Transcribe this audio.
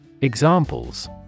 Examples